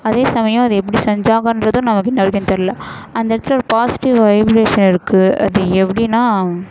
அதே சமயம் அதை எப்படி செஞ்சாங்ககிறதும் நமக்கு இன்னி வரைக்கும் தெரில அந்த இடத்துல ஒரு பாசிட்டிவ் வைப்ரேஷன் இருக்குது அது எப்படினா